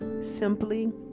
simply